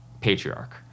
patriarch